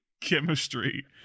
chemistry